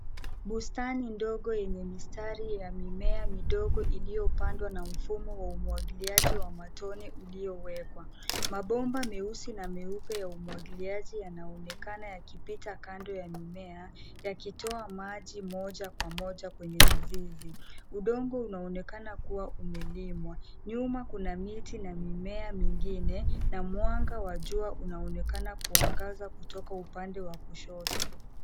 Bustani ndogo yenye mistari ya mimea midogo iliyopandwa na mfumo wa umwagiliaji wa matone uliowekwa. Mabomba meusi na meupe ya umwagiliaji yanaonekana yakipita kando ya mimea yakitoa maji moja kwa moja kwenye mizizi. Udongo unaonekana kuwa umelimwa. Nyuma kuna miti na mimea mingine na mwanga wa jua unaonekana kuangaza kutoka upande wa kushoto.